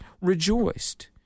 rejoiced